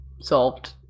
solved